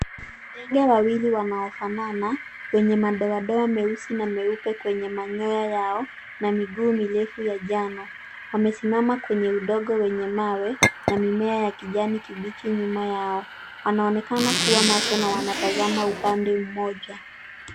Ndege wawili wanaofanana, wenye madoadoa meusi na meupe kwenye manyoya yao na miguu mirefu ya njano, wamesimama kwenye udongo wenye mawe na mimea ya kijani kibichi nyuma yao. Wanaonekana kuwa macho na wanatazama upande mmoja.